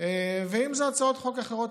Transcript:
ואם זה הצעות חוק אחרות,